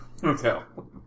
hotel